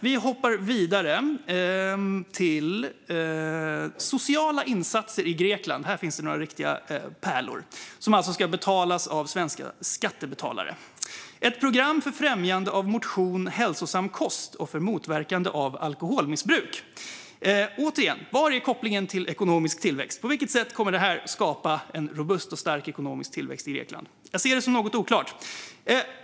Vi hoppar vidare till sociala insatser i Grekland. Här finns några riktiga pärlor, som alltså ska betalas av svenska skattebetalare: Ett program för främjande av motion och hälsosam kost och för motverkande av alkoholmissbruk. Återigen frågar jag vad kopplingen är till ekonomisk tillväxt. På vilket sätt kommer det här att skapa en robust och stark ekonomisk tillväxt i Grekland? Jag anser att det är oklart.